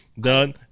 done